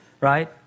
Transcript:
Right